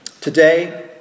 Today